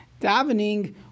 davening